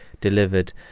delivered